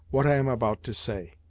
what i am about to say.